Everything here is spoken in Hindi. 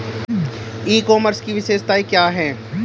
ई कॉमर्स की विशेषताएं क्या हैं?